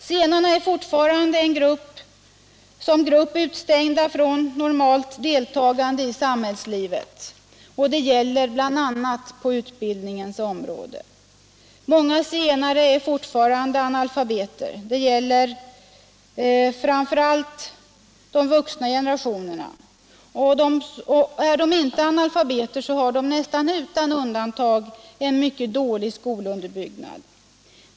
Zigenarna är fortfarande som grupp utestängda från normalt deltagande i samhällslivet. Det gäller bl.a. på utbildningens område. Många zigenare är fortfarande analfabeter. Det gäller framför allt de vuxna generationerna. Och är de inte analfabeter, så har de nästan utan undantag en mycket dålig skolunderbyggnad.